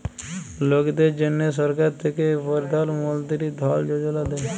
লকদের জ্যনহে সরকার থ্যাকে পরধাল মলতিরি ধল যোজলা দেই